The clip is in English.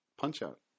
Punch-Out